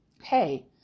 hey